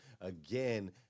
again